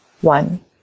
one